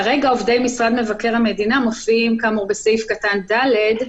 כרגע עובדי משרד מבקר המדינה מופיעים בסעיף קטן (ד).